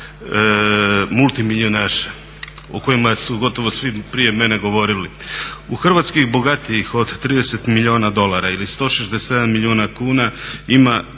multimilijunaša o kojima su gotovo svi prije mene govorili. U Hrvatskoj bogatijih od 30 milijuna dolara ili 167 milijuna kuna ima